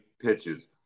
pitches